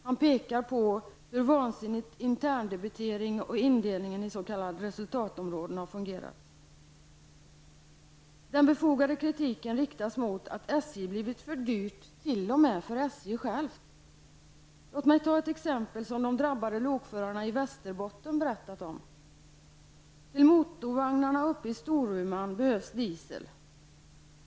Han pekar på hur vansinnigt interndebiteringen och indelningen i s.k. resultatområden har fungerat. Den befogade kritiken riktas mot att SJ blivit för dyrt t.o.m. för SJ självt. Låt mig ta ett exempel som de drabbade lokförarna i Västerbotten berättat om: Till motorvagnarna uppe i Storuman behövs diesel.